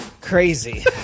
Crazy